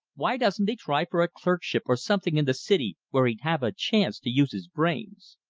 why doesn't he try for a clerkship or something in the city where he'd have a chance to use his brains!